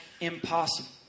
impossible